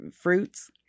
fruits